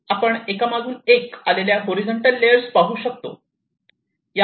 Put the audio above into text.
आपण एकामागून एक हॉरिझॉन्टल लेयर्स पाहू शकतो